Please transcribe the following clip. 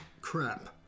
crap